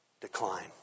decline